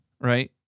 right